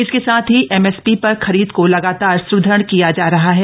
इसके साथ ही एमएसपी प्र खरीद को लगातार सुदृढ़ किया जा रहा है